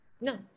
No